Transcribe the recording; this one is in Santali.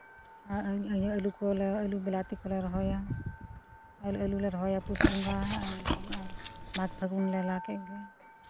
ᱟᱨ ᱟᱹᱞᱩ ᱠᱚᱞᱮ ᱟᱹᱞᱩ ᱵᱤᱞᱟᱛᱤ ᱠᱚᱞᱮ ᱨᱚᱦᱚᱭᱟ ᱟᱨ ᱟᱹᱞᱩ ᱞᱮ ᱨᱚᱦᱚᱭᱟ ᱯᱩᱥ ᱵᱚᱸᱜᱟ ᱚᱱᱠᱟ ᱟᱨ ᱢᱟᱜᱽ ᱯᱷᱟᱹᱜᱩᱱ ᱞᱮ ᱞᱟᱜ ᱠᱮᱜ ᱜᱮ